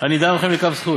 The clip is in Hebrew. אני דן אתכם לכף זכות.